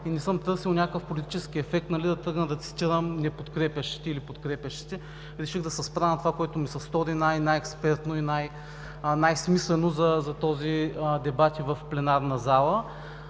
и не съм търсил някакъв политически ефект да тръгна да цитирам неподкрепящите, или подкрепящите. Реших да се спра на това, което ми се стори най-, най-експертно и най-смислено за този дебат и в пленарната зала.